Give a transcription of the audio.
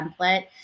template